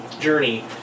journey